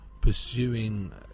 pursuing